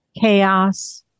chaos